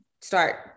start